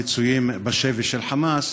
המצויים בשבי של חמאס,